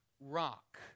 rock